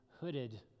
hooded